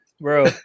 bro